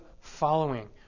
following